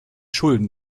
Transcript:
schulden